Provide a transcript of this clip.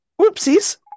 Whoopsies